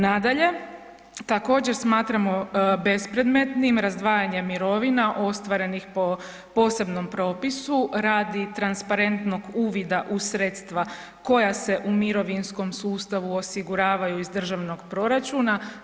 Nadalje, također smatramo bespredmetnim razdvajanje mirovina ostvarenih po posebnom propisu radi transparentnog uvida u sredstva koja se u mirovinskom sustavu osiguravaju iz državnog proračuna.